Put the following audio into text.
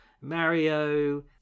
mario